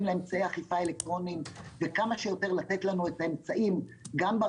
לאמצעי אכיפה אלקטרוניים ולתת לנו כמה שיותר את האמצעים,